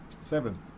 Seven